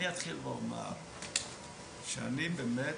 אתחיל ואומר שאני לא